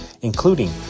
including